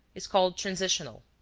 is called transitional.